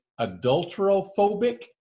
adulterophobic